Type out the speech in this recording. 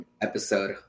episode